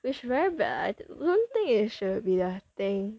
which very bad don't think it should be the thing